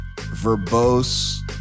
verbose